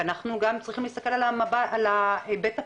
ואנחנו צריכים גם להסתכל על ההיבט הפלילי.